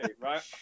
right